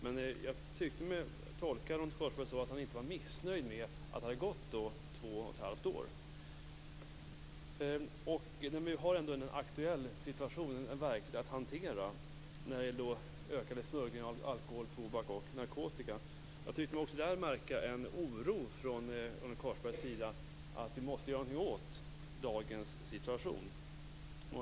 Men jag tyckte mig kunna tolka Ronny Korsberg så att han inte var missnöjd med att det hade gått två och ett halvt år. Nu har vi en verklig, aktuell situation att hantera: den ökade smugglingen av alkohol, tobak och narkotika. Jag tyckte mig också där märka en oro från Ronny Korsbergs sida, att vi måste göra något åt dagens situation.